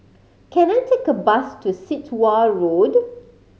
can I take a bus to Sit Wah Road